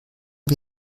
wir